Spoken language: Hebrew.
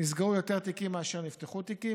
נסגרו יותר תיקים מאשר נפתחו תיקים.